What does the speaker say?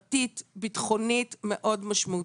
חברתית-ביטחונית מאוד משמעותית.